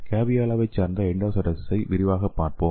கேவியோலாவைச் சார்ந்த எண்டோசைட்டோசிஸை விரிவாகப் பார்ப்போம்